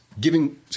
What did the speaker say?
giving